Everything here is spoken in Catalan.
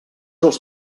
els